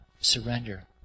surrender